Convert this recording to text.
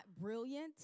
brilliant